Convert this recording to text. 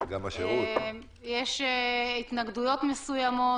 יש התנגדויות מסוימות.